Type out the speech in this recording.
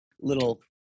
little